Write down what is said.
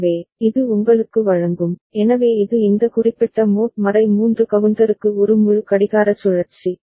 எனவே இது உங்களுக்கு வழங்கும் எனவே இது இந்த குறிப்பிட்ட மோட் 3 கவுண்டருக்கு ஒரு முழு கடிகார சுழற்சி